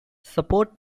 support